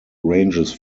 ranges